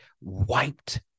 wiped